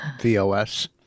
V-O-S